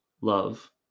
love